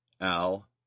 Al